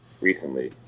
recently